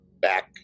back